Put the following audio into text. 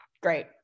Great